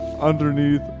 underneath